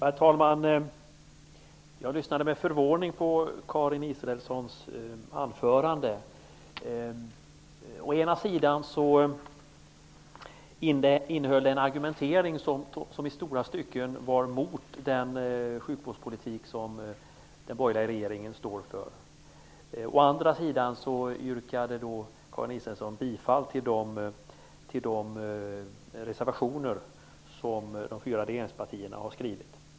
Herr talman! Jag lyssnade med förvåning på Karin Israelssons anförande. Å ena sidan innehöll det en argumentering som i stora stycken var emot den sjukvårdspolitik som den borgerliga regeringen står för. Å andra sidan yrkade Karin Israelsson bifall till de reservationer som de fyra regeringspartierna har skrivit.